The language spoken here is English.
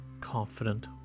confident